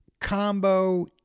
combo